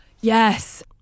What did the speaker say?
Yes